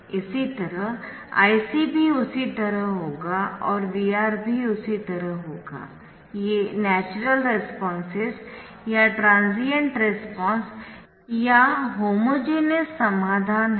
इसी तरह Ic भी उसी तरह होगा और VR भी उसी तरह होगा ये नैचरल रेस्पॉन्सेस या ट्रांसिएंट रेस्पॉन्स या होमोजेनियस समाधान है